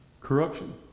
corruption